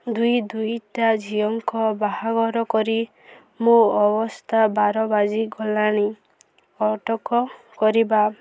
ଦୁଇ ଦୁଇଟା ଝିଅଙ୍କ ବାହାଘର କରି ମୋ ଅବସ୍ଥା ବାର ବାଜି ଗଲାଣି ଅଟକ କରିବା